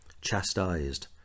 chastised